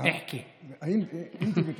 (אומר בערבית: אני שומע.